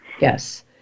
yes